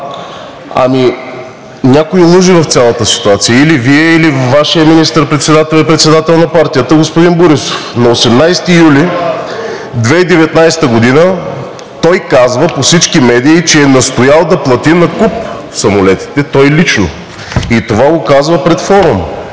Някой лъже в цялата ситуация – или Вие, или Вашият министър председател и председател на партията господин Борисов. На 18 юли 2019 г. той казва по всички медии, че е настоял да плати накуп самолетите, той лично, и това го казва пред форум